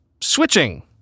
switching